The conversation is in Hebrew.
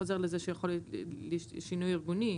חוזר לזה שיכול להיות שינוי ארגוני,